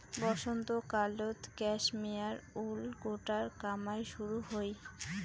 বসন্তকালত cashmere wool গোটার কামাই শুরু হই